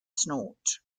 snort